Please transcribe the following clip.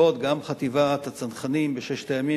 שלי.